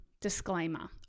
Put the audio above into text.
disclaimer